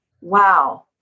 wow